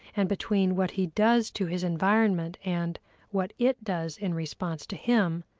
and between what he does to his environment and what it does in response to him,